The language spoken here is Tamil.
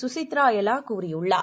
சுசித்ராஎல்லாகூறியுள்ளார்